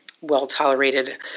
well-tolerated